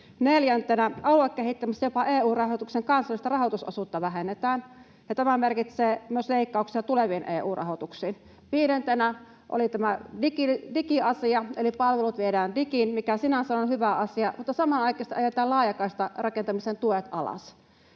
Neljäntenä, aluekehittämisessä jopa EU-rahoituksen kansallista rahoitusosuutta vähennetään, ja tämä merkitsee myös leikkauksia tuleviin EU-rahoituksiin. Viidentenä oli tämä digiasia, eli palvelut viedään digiin, mikä sinänsä on hyvä asia, mutta samanaikaisesti ajetaan laajakaistarakentamisen tuet alas.